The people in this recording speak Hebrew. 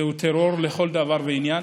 זהו טרור לכל דבר ועניין.